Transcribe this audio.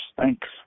thanks